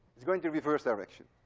it's going to reverse direction.